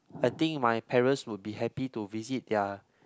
I think my parents would be happy to visit their